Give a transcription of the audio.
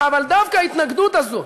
אבל דווקא ההתנגדות הזאת